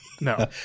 No